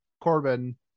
Corbin